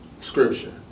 scripture